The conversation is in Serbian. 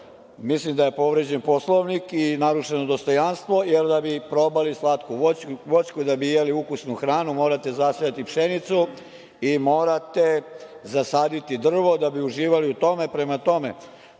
Mislim da je povređen Poslovnik i narušeno dostojanstvo. Da bi probali slatku voćku, da bi jeli ukusnu hranu, morate zasejati pšenicu i morate zasaditi drvo da bi uživali u tome. Prema tome,